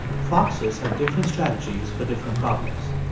foxes have different strategies for different problems.